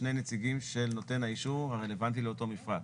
שני נציגים של נותן האישור הרלוונטי לאותו מפרט.